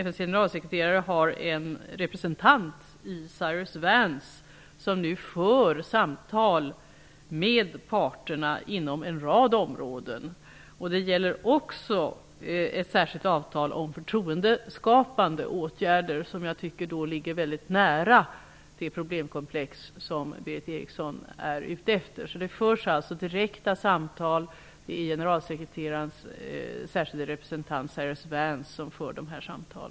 FN:s generalsekreterare har en representant, Cyrus Vance, som nu för samtal med parterna inom en rad områden. Det gäller även ett särskilt avtal om förtroendeskapande åtgärder. Det tycker jag ligger mycket nära det problemkomplex som Berith Eriksson är ute efter. Det förs alltså direkta samtal. Det är generalsekreterarens särskilda representant Cyrus Vance som för dessa samtal.